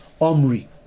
Omri